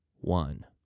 one